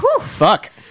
Fuck